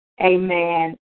Amen